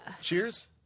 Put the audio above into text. Cheers